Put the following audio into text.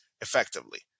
effectively